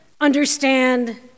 understand